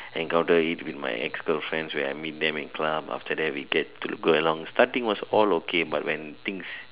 encounter it with my ex girlfriends where I meet them in club after that we get to go along starting was all okay but when things